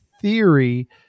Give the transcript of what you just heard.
theory